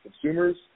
consumers